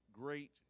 great